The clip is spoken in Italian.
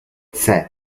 seth